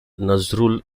nazrul